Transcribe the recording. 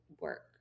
work